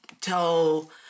tell